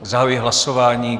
Zahajuji hlasování.